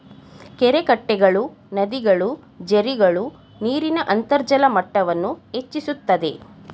ಕೆರೆಕಟ್ಟೆಗಳು, ನದಿಗಳು, ಜೆರ್ರಿಗಳು ನೀರಿನ ಅಂತರ್ಜಲ ಮಟ್ಟವನ್ನು ಹೆಚ್ಚಿಸುತ್ತದೆ